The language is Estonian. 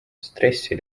stressi